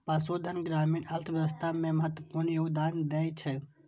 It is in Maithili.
पशुधन ग्रामीण अर्थव्यवस्था मे महत्वपूर्ण योगदान दै छै